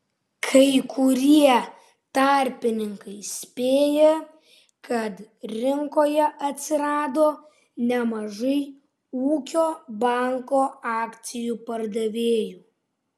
kai kurie tarpininkai spėja kad rinkoje atsirado nemažai ūkio banko akcijų pardavėjų